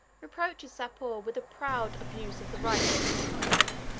reproaches sapor with a proud abuse of the rights of conquest.